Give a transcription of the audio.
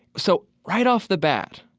so right off the bat,